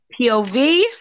POV